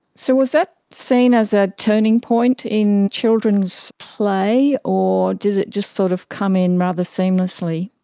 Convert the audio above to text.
so was that seen as a turning point in children's play, or did it just sort of come in rather seamlessly?